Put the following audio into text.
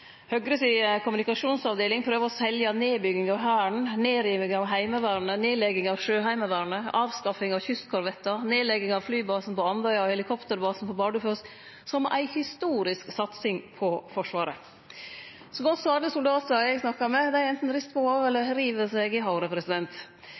kommunikasjonsavdeling prøver å selje nedbygging av Hæren, nedriving av Heimevernet, nedlegging av Sjøheimevernet, avskaffing av kystkorvettar og nedlegging av flybasen på Andøya og helikopterbasen på Bardufoss som ei historisk satsing på Forsvaret. Så godt som alle soldatane eg snakka med, har anten rista på hovudet eller